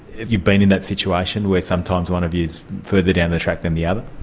you been in that situation where sometimes one of you is further down the track than the other?